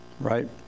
right